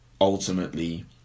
ultimately